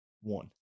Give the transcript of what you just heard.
One